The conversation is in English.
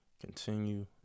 continue